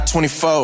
24